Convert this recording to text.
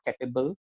capable